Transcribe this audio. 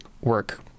work